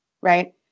right